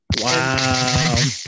Wow